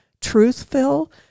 truthful